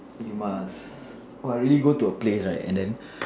you must !wow! really go to a place right and then